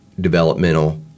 developmental –